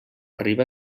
riba